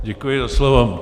Děkuji za slovo.